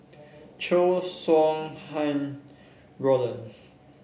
Chow Sau Hai Roland